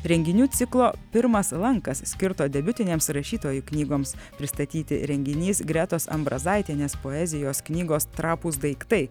renginių ciklo pirmas lankas skirto debiutinėms rašytojų knygoms pristatyti renginys gretos ambrazaitienės poezijos knygos trapūs daiktai